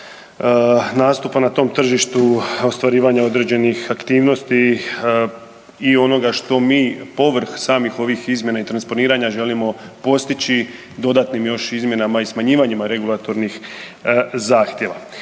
nastupa na tom tržištu, ostvarivanja određenih aktivnosti i onoga što mi povrh samih ovih izmjena i transponiranja želimo postići dodatnim još izmjenama i smanjivanjem regulatornih zahtjeva.